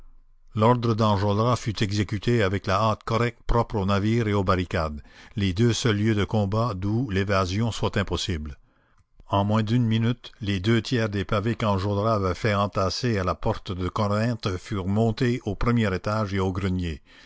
l'ordre d'enjolras fut exécuté avec la hâte correcte propre aux navires et aux barricades les deux seuls lieux de combat d'où l'évasion soit impossible en moins d'une minute les deux tiers des pavés qu'enjolras avait fait entasser à la porte de corinthe furent montés au premier étage et au grenier